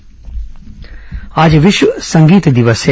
विश्व संगीत दिवस आज विश्व संगीत दिवस है